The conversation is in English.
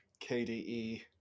kde